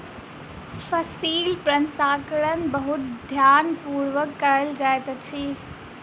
फसील प्रसंस्करण बहुत ध्यान पूर्वक कयल जाइत अछि